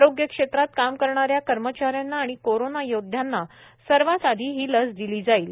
आरोग्य क्षेत्रात काम करणाऱ्या कर्मचाऱ्यांना आणि कोरोना योदध्यांना सर्वात आधी ही लस दिली जाईल